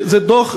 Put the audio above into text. זה דוח,